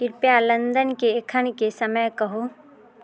कृपया लन्दनके एखनके समय कहू